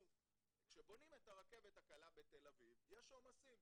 כשבונים את הרכבת הקלה בתל אביב יש עומסים,